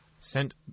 sent